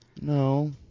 no